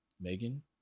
Megan